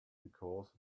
because